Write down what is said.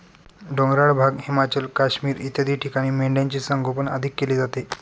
डोंगराळ भाग, हिमाचल, काश्मीर इत्यादी ठिकाणी मेंढ्यांचे संगोपन अधिक केले जाते